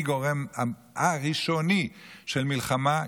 היא הגורם הראשוני של מלחמה,